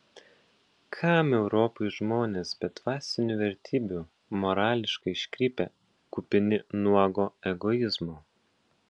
kam europai žmonės be dvasinių vertybių morališkai iškrypę kupini nuogo egoizmo